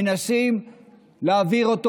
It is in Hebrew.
מנסים להעביר אותו,